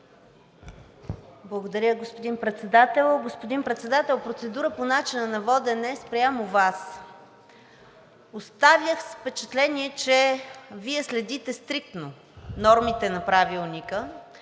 Благодаря, господин Председател. Господин Председател, процедура по начина на водене спрямо Вас. Останах с впечатление, че Вие следите стриктно нормите на Правилника